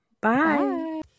bye